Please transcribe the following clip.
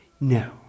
No